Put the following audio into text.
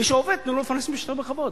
מי שעובד, תנו לו לפרנס את משפחתו בכבוד.